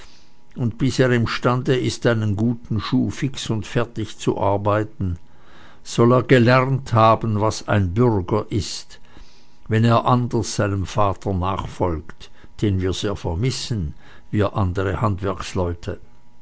und bis er imstande ist einen guten schuh fix und fertig zu arbeiten soll er gelernt haben was ein bürger ist wenn er anders seinem vater nachfolgt den wir sehr vermissen wir andere handwerksleute